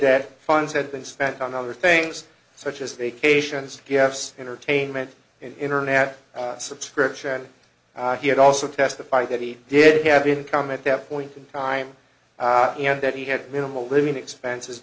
that funds had been spent on other things such as the cations gifts entertainment and internet subscription he had also testified that he did have income at that point in time and that he had minimal living expenses